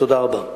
תודה רבה.